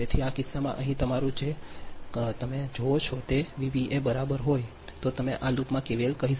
તેથી આ કિસ્સામાં અહીં તમારું જે તમે કલ કરો છો જો તમે આ વીબીએ બરાબર હોય તો તમે આ લૂપમાં KVL કહી શકો છો